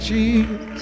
Jesus